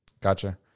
Gotcha